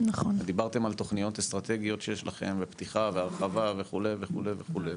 דיברתם על תוכניות אסטרטגיות שיש לכם ופתיחה והרחבה וכו' וכו' וכו',